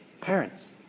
Parents